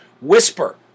whisper